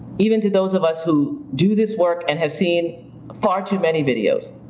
even to those of us who do this work and have seen far too many videos,